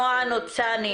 נועה ניצני.